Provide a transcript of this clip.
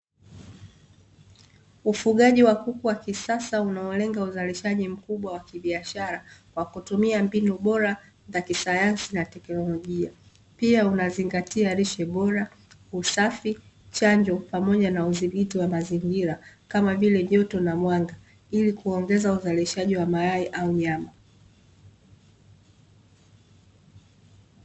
Ufugaji wa kuku wa kisasa unaolenga uzalishaji mkubwa wa kibiashara, kwa kutumia mbinu bora za kisayansi na teknolojia. Pia unazingatia lishe bora, usafi, chanjo, pamoja na udhibiti wa mazingira, kama vile joto na mwanga, ili kuongeza uzalishaji wa mayai au nyama.